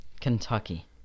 kentucky